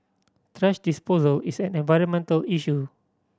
thrash disposal is an environmental issue